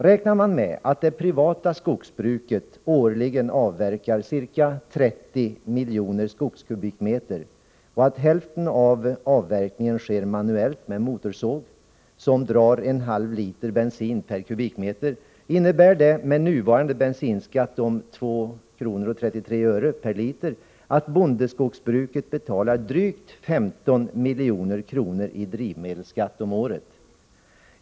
Räknar man med att det privata skogsbruket årligen avverkar ca 30 miljoner skogskubikmeter och att hälften av detta sker manuellt med motorsåg som drar en halv liter bensin per kubikmeter, innebär det med nuvarande bensinskatt om 2,33 kr. per liter att bondeskogsbruket betalar drygt 15 milj.kr. i drivmedelsskatt om året.